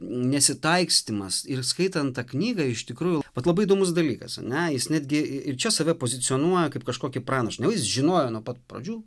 nesitaikstymas ir skaitant tą knygą iš tikrųjų labai įdomus dalykas ane jis netgi ir čia save pozicionuoja kaip kažkokį pranašą nu jis žinojo nuo pat pradžių